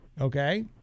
Okay